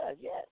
Yes